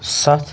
ستھ